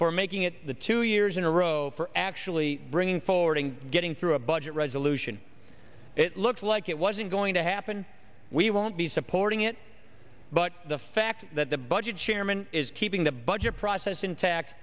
for making it the two years in a row for actually bringing forward and getting through a budget resolution it looked like it wasn't going to happen we won't be supporting it but the fact that the budget chairman is keeping the budget process intact